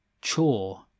chore